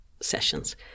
sessions